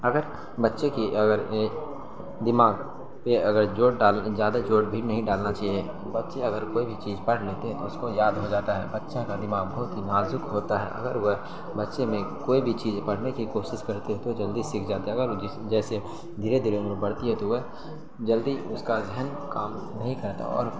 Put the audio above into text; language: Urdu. اگر بچے کی اگر دماغ پہ اگر زور ڈال زیادہ زور بھی نہیں ڈالنا چاہیے بچے گھر پہ بھی چیز پڑھ لیتے ہیں تو اس کو یاد ہو جاتا ہے بچہ کا دماغ بہت ہی نازک ہوتا ہے اگر وہ بچے میں کوئی بھی چیز پڑھنے کی کوشش کرتے ہیں تو جلدی سیکھ جاتے ہیں اگر جس جیسے دھیرے دھیرے عمر بڑھتی ہے تو وہ جلدی اس کا ذہن کام نہیں کرتا اور